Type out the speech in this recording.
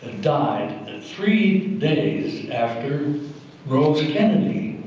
died three days after rosa and and